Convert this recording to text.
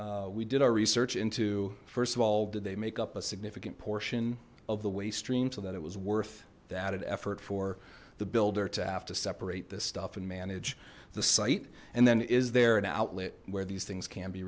we did our research into first of all did they make up a significant portion of the waste stream so that it was worth the added effort for the builder to have to separate this stuff and manage the site and then is there an outlet where these things can be